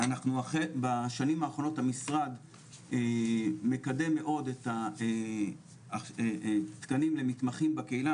בשנים האחרונות המשרד מקדם מאוד את התקנים למתמחים בקהילה,